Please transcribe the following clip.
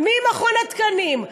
ממכון התקנים,